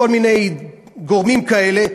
כל מיני גורמים כאלה,